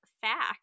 fact